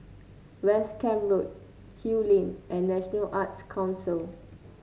West Camp Road Kew Lane and National Arts Council